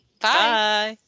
Bye